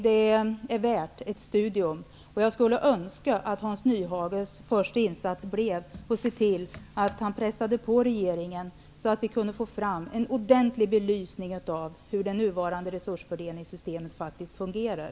Det är värt ett studium, och jag skulle önska att Hans Nyhages första insats blev att pressa på regeringen så, att vi kunde få fram en ordentlig belysning av hur det nuvarande resursfördelningssystemet för skolan fungerar.